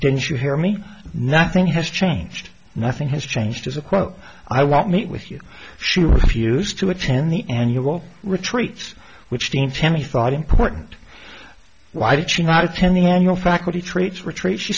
didn't you hear me nothing has changed nothing has changed as a quote i won't meet with you she refused to attend the annual retreat which seemed to me thought important why did she not attend the annual faculty treats retreat she